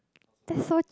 that's so